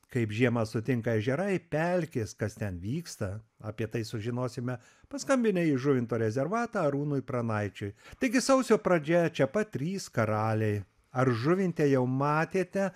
kaip žiemą sutinka ežerai pelkės kas ten vyksta apie tai sužinosime paskambinę į žuvinto rezervatą arūnui pranaičiui taigi sausio pradžioje čia pat trys karaliai ar žuvinte jau matėte